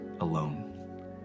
alone